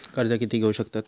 कर्ज कीती घेऊ शकतत?